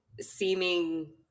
seeming